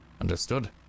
Understood